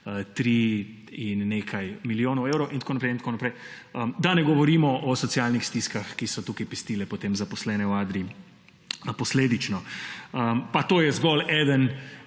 tri in nekaj milijonov evrov in tako naprej in tako naprej. Da ne govorimo o socialnih stiskah, ki so posledično pestile zaposlene v Adrii. Pa to je zgolj eden